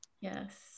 Yes